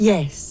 Yes